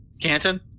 Canton